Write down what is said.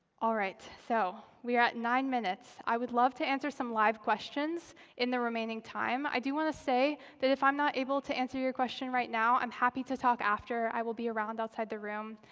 ah so we are at nine minutes. i would love to answer some live questions in the remaining time. i do want to say that if i'm not able to answer your question right now, i'm happy to talk after. i will be around outside the room.